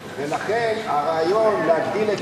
ולכן הרעיון להגדיל,